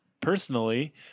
personally